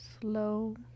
slow